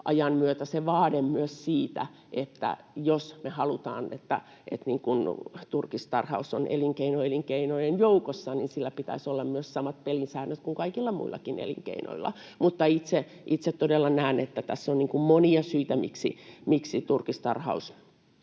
Varmastikin ajan myötä, jos me halutaan, että turkistarhaus on elinkeino elinkeinojen joukossa, sillä pitäisi olla myös samat pelisäännöt kuin kaikilla muillakin elinkeinoilla. Itse todella näen, että tässä on monia syitä, miksi turkistarhaus